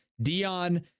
Dion